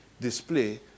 display